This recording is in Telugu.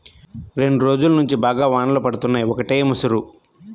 రెండ్రోజుల్నుంచి బాగా వానలు పడుతున్నయ్, ఒకటే ముసురు